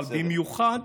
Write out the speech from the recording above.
אבל במיוחד